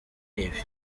ibi